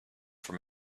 from